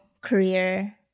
career